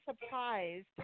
surprised